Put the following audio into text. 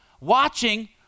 watching